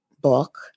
book